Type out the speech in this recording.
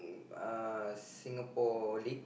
uh Singapore league